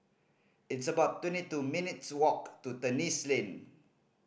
it's about twenty two minutes' walk to Terrasse Lane